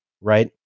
right